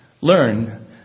Learn